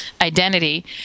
identity